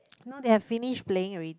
no they have finish playing already